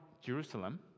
Jerusalem